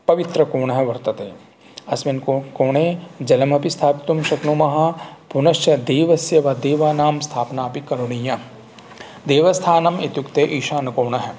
पवित्रकोणः वर्तते अस्मिन् को कोणे जलमपि स्थापयितुं शक्नुमः पुनश्च देवस्य वा देवानां स्थापना अपि करणीयं देवस्थानम् इत्युक्ते ईशानकोणः